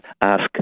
ask